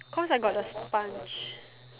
cause I got the sponge